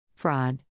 Fraud